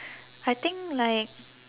I think like